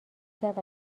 کرد